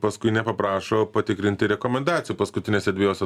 paskui nepaprašo patikrinti rekomendacijų paskutinėse dvejose